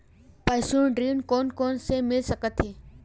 पशु ऋण कोन कोन ल मिल सकथे?